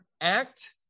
act